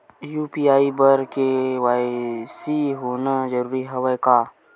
UPI बर KYC होना जरूरी हवय का?